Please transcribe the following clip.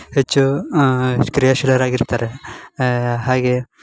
ಹೆಚ್ಚು ಕ್ರಿಯಾಶೀಲರಾಗಿರ್ತಾರೆ ಹಾಗೆ